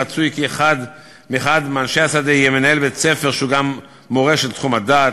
רצוי כי אחד מאנשי השדה יהיה מנהל בית-ספר שהוא גם מורה של תחום הדעת,